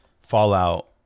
fallout